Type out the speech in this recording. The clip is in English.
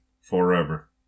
forever